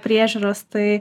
priežiūros tai